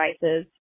devices